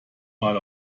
mal